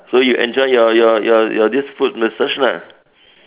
so you enjoy your your your your this foot massage lah